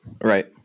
Right